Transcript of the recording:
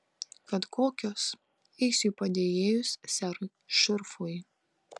kad kokios eisiu į padėjėjus serui šurfui